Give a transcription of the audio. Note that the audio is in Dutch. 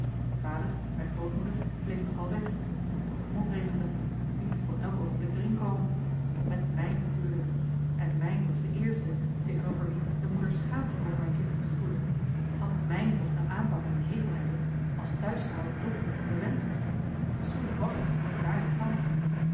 vader bij grootmoeder bleef nog wel weg doch het motregende piet kon elk oogenblik d'er in komen met mijn natuurlijk en mijn was de eerste tegenover wie de moeder schaamte over haar kind moest voelen want mijn mocht aan aanpakken een hekel hebben als thuisgehouden dochter verwend zijn fesoenlijk was ze daar niet van